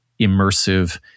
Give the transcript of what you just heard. immersive